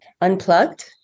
unplugged